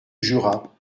jura